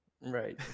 Right